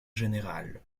général